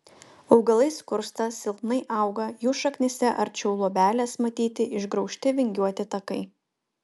augalai skursta silpnai auga jų šaknyse arčiau luobelės matyti išgraužti vingiuoti takai